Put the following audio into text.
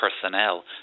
personnel